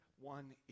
one